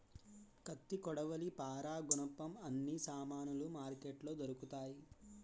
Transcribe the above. కత్తి కొడవలి పారా గునపం అన్ని సామానులు మార్కెట్లో దొరుకుతాయి